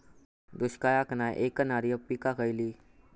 दुष्काळाक नाय ऐकणार्यो पीका खयली?